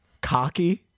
cocky